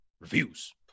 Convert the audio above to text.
Reviews